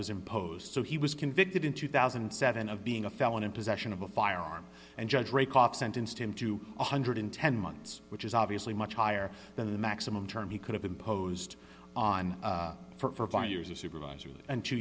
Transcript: was imposed so he was convicted in two thousand and seven of being a felon in possession of a firearm and judge a cop sentenced him to one hundred and ten months which is obviously much higher than the maximum term he could have imposed on for via years of supervisory and two